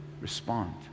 Respond